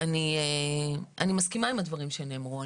אני מסכימה עם הדברים שנאמרו.